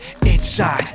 Inside